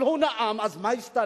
אבל הוא נאם, אז מה השתנה?